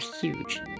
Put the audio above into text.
huge